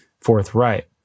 forthright